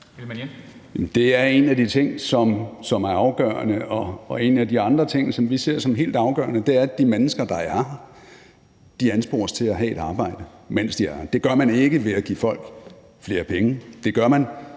Det er en af de ting, som er afgørende, og en af de andre ting, som vi ser som helt afgørende, er, at de mennesker, der er her, anspores til at have et arbejde, mens de er her. Det gør man ikke ved at give folk flere penge.